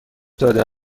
داده